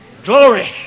glory